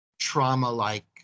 trauma-like